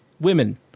women